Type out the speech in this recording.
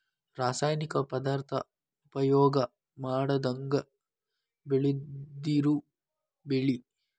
ರಾಸಾಯನಿಕ ಪದಾರ್ಥಾ ಉಪಯೋಗಾ ಮಾಡದಂಗ ಬೆಳದಿರು ಬೆಳಿ